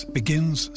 begins